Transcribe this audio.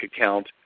account